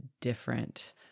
different